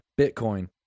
Bitcoin